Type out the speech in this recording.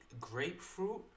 grapefruit